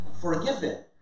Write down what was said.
forgiven